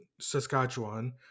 Saskatchewan